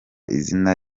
izina